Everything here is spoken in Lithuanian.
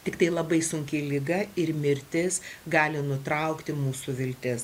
tiktai labai sunki liga ir mirtis gali nutraukti mūsų viltis